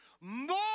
More